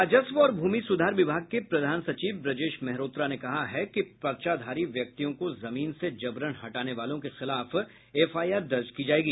राजस्व और भूमि सुधार विभाग के प्रधान सचिव ब्रजेश मेहरोत्रा ने कहा है कि पर्चाधारी व्यक्तियों को जमीन से जबरन हटाने वालों के खिलाफ एफआईआर दर्ज की जायेगी